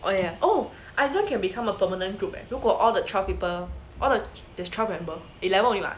oh ya oh Izone can become a permanent group leh 如果 all the twelve people all the twelve member eleven only [what]